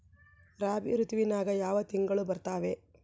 ರಾಬಿ ಋತುವಿನ್ಯಾಗ ಯಾವ ತಿಂಗಳು ಬರ್ತಾವೆ?